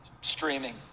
streaming